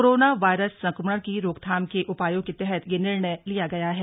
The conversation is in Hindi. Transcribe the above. कोरोना वायरस संक्रमण की रोकथाम के उपायों के तहत यह निर्णय लिया गया है